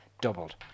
doubled